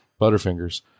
Butterfingers